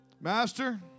Master